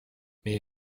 meie